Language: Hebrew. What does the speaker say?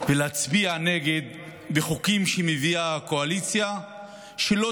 ולהצביע נגד חוקים שמביאה הקואליציה שלא